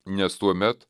nes tuomet